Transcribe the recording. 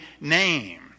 name